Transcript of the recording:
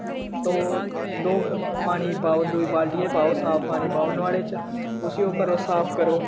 तो दो पानी पाओ दुई बालटियै पाओ पानी साफ पानी पाओ नोह्ड़े च उसी ओह् करो साफ करो